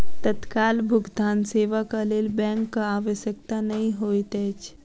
तत्काल भुगतान सेवाक लेल बैंकक आवश्यकता नै होइत अछि